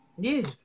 Yes